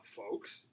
folks